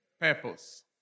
purpose